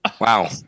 Wow